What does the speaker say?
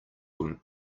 your